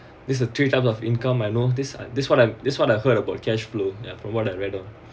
this a three type of income I know this uh this what this what I heard about cash flow ya from what I read on